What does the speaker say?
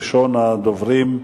ראשון הדוברים,